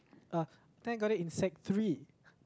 think I got in sec-three